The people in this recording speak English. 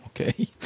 Okay